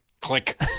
Click